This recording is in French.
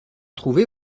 trouvé